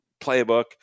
playbook